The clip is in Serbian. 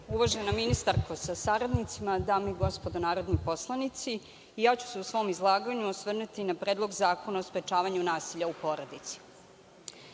uvažena ministarko sa saradnicima, dame i gospodo narodni poslanici, ja ću se u svom izlaganju osvrnuti na Predlog zakona o sprečavanju nasilja u porodici. Na